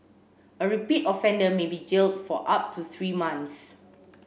a repeat offender may be jailed for up to three months